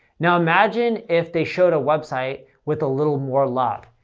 now imagine if they showed a website with a little more log.